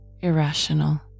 irrational